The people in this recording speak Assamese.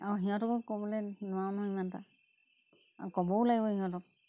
আৰু সিহঁতকো ক'বলে নোৱাৰোঁ ন ইমান এটা আৰু ক'বও লাগিব সিহঁতক